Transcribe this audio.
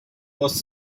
was